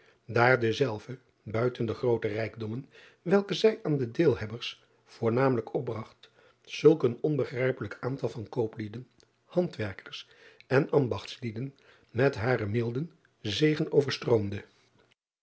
daar dezelve buiten de groote rijkdommen welke zij aan de deelhebbers voornamelijk opbragt zulk een onbegrijpelijk aantal van kooplieden handwerkers en ambachtslieden met haren milden zegen